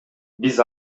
биз